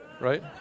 right